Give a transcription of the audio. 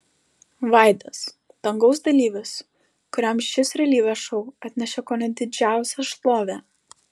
vaidas dangaus dalyvis kuriam šis realybės šou atnešė kone didžiausią šlovę